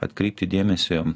atkreipti dėmesį